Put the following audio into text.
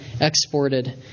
exported